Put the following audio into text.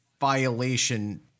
violation